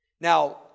Now